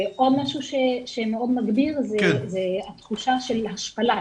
עוד משהו שמאוד מגביר, זה התחושה של השפלה.